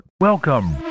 Welcome